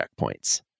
checkpoints